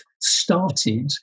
started